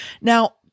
Now